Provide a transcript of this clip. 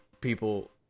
people